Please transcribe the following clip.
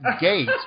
gate